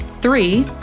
Three